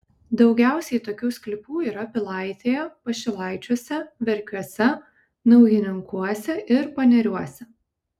daugiausiai tokių sklypų yra pilaitėje pašilaičiuose verkiuose naujininkuose ir paneriuose